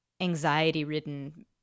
anxiety-ridden